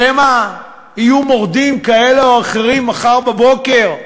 שמא יהיו מורדים כאלה או אחרים מחר בבוקר.